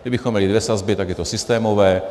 Kdybychom měli dvě sazby, tak je to systémové.